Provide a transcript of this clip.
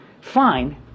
fine